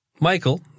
Michael